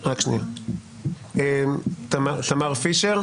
תמר פישר.